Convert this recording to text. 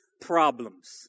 problems